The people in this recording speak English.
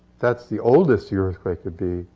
that's the oldest the earthquake could be.